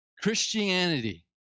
Christianity